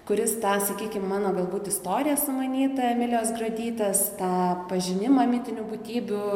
kuris tą sakykim mano galbūt istoriją sumanytą emilijos gruodytės tą pažinimą mitinių būtybių